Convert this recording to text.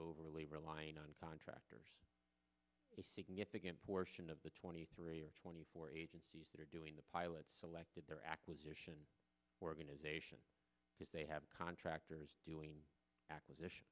overly reliant on contractors a significant portion of the twenty three or twenty four agencies that are doing the pilot selected their acquisition organization if they have contractors doing acquisition